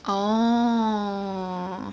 oh